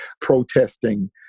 protesting